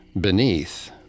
Beneath